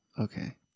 okay